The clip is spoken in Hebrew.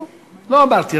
לא, לא אמרתי.